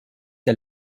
der